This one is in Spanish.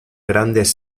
grandes